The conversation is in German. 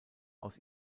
aus